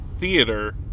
theater